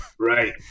Right